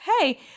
hey